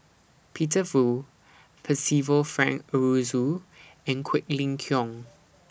Peter Fu Percival Frank Aroozoo and Quek Ling Kiong